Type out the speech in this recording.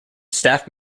staff